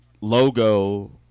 logo